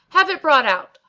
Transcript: have it brought out!